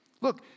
Look